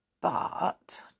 But